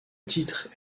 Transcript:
titre